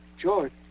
George